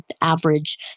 average